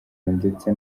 ndetse